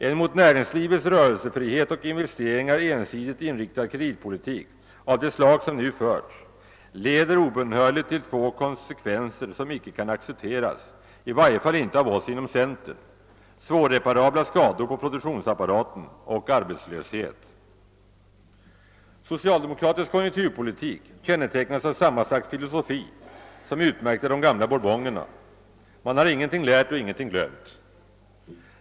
En mot näringslivets rörelsefrihet och investeringar ensidigt inriktad kreditpolitik av det slag, som nu förts, leder obönhörligt till två konsekvenser som icke kan accepteras, i varje fall icke av oss inom centern — svårreparabla skador på produktionsapparaten och arbetslöshet. Socialdemokratisk konjunkturpolitik kännetecknas av samma slags filosofi som utmärkte de gamla bourbonerna: man har ingenting lärt och ingenting glömt.